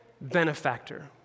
benefactor